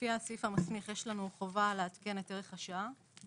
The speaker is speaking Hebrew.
לפי הסעיף המסמיך, יש לנו חובה לעדכן את ערך השעה.